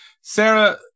Sarah